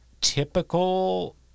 typical